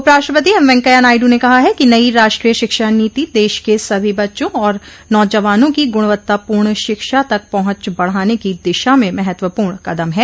उप राष्ट्रपति एम वेंकैया नायडु ने कहा है कि नयी राष्ट्रीय शिक्षा नीति देश के सभी बच्चा और नौजवानों की गुणवत्तापूर्ण शिक्षा तक पहुंच बढ़ाने की दिशा में महत्वपर्ण कदम है